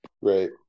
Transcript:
Right